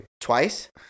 twice